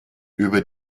über